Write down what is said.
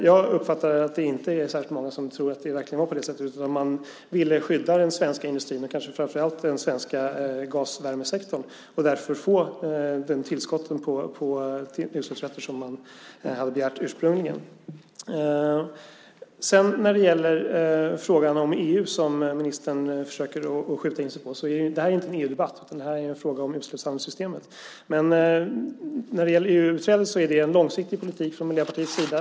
Jag uppfattar att det inte är särskilt många som tror att det verkligen var på det sättet, utan att man ville skydda den svenska industrin, och kanske framför allt den svenska gasvärmesektorn, och därför få det tillskott av utsläppsrätter som man hade begärt ursprungligen. Sedan försöker ministern att skjuta in sig på frågan om EU. Men det här är inte en EU-debatt, utan detta är en fråga om utsläppshandelssystemet. EU-utträdet är en långsiktig politik från Miljöpartiets sida.